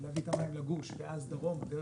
להביא את המים לגוש ואז דרומה דרך,